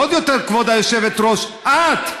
ועוד יותר, כבוד היושבת-ראש, את.